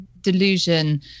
delusion